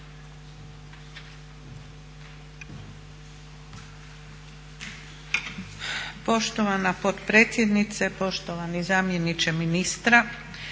Poštovana potpredsjednice, poštovani zamjeniče ministra.